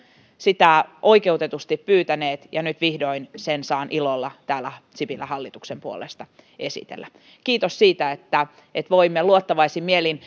sitä oikeutetusti pyytäneet ja nyt vihdoin sen saan ilolla täällä sipilän hallituksen puolesta esitellä kiitos siitä että että voimme luottavaisin mielin